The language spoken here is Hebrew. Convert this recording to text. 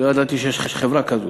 לא ידעתי שיש חברה כזאת,